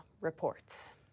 reports